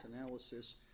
analysis